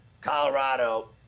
Colorado